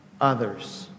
others